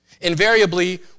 Invariably